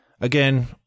Again